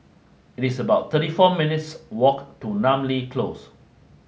it is about thirty four minutes' walk to Namly Close